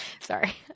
Sorry